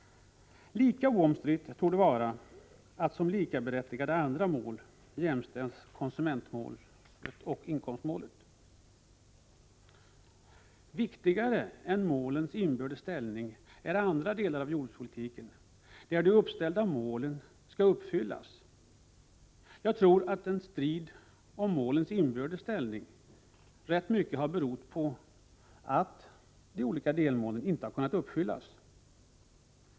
Lika oomstritt torde det vara att som likaberättigade andra mål kan uppställas konsumentmålet och inkomstmålet. Viktigare än målens inbördes ställning är att de för jordbrukspolitiken uppställda målen skall uppfyllas. Jag tror att striden om målens inbördes ställning rätt mycket har berott på att de olika delmålen inte har kunnat uppfyllas.